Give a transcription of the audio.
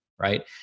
right